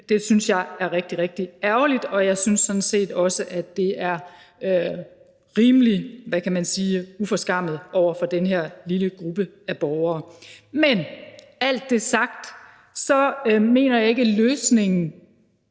Det synes jeg er rigtig, rigtig ærgerligt, og jeg synes sådan set også, at det er rimelig, hvad kan man sige, uforskammet over for den her lille gruppe af borgere. Men alt det sagt mener jeg ikke, at løsningen